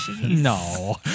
No